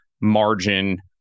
margin